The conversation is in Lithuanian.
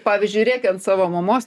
pavyzdžiui rėkia ant savo mamos